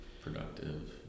Productive